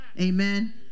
Amen